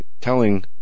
telling